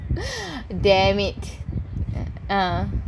damn it uh